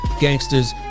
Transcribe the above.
Gangsters